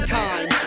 time